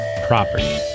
property